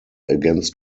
against